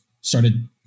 started